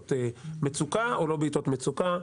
בעתות מצוקה או לא בעתות מצוקה,